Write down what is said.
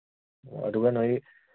ꯑꯣ ꯑꯗꯨꯒ ꯅꯣꯏ